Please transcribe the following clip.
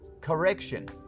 Correction